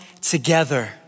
together